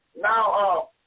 Now